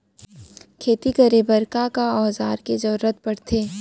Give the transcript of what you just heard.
खेती करे बर का का औज़ार के जरूरत पढ़थे?